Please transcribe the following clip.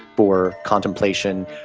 for contemplation.